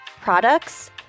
products